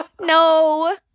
No